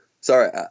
Sorry